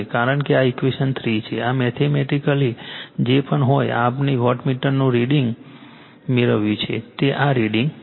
કારણ કે આ ઇક્વેશન 3 છે આ મેથેમેટિકલી જે પણ હોય આ રીતે આપણે વોટમીટરનું રીડીંગ મેળવ્યું છે તે આજ રીડીંગ છે